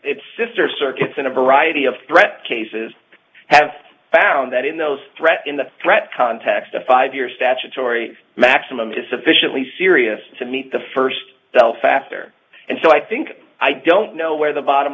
its sister circuits in a variety of threats cases have found that in those threat in the threat context a five year statutory maximum to sufficiently serious to meet the first faster and so i think i don't know where the bottom